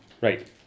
Right